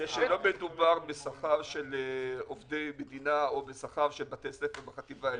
כי לא מדובר בשכר של עובדי מדינה או בשכר של בתי ספר בחטיבה העליונה.